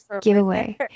giveaway